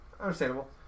understandable